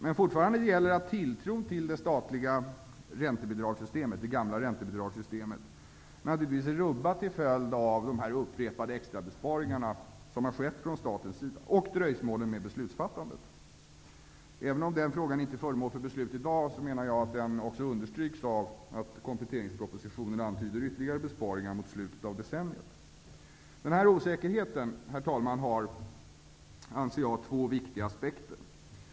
Men fortfarande gäller att tilltron till det gamla statliga räntebidragssystemet naturligtvis är rubbat till följd av de upprepade extrabesparingar som har skett från statens sida och dröjsmålen med beslutsfattandet. Även om den frågan inte är föremål för beslut i dag menar jag att den också understryks av att kompletteringspropositionen antyder ytterligare besparingar mot slutet av decenniet. Den här osäkerheten, herr talman, anser jag har två viktiga aspekter.